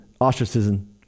ostracism